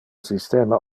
systema